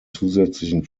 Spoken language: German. zusätzlichen